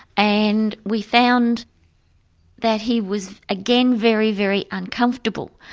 and we found that he was again very, very uncomfortable.